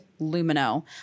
Lumino